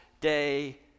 day